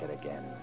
again